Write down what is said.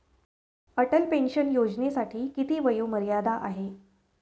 Atal pension योजनेसाठी किती वयोमर्यादा आहे?